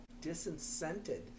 disincented